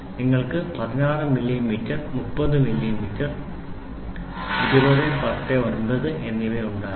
നിങ്ങൾക്ക് 16 millimetre 30 millimetre 2010 9 എന്നിവ ഉണ്ടാകും